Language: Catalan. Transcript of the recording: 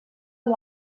amb